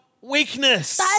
weakness